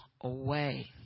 away